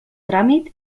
tràmit